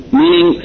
meaning